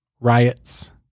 riots